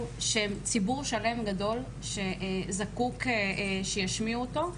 של ציבור שלם גדול שזקוק שישמיעו אותו.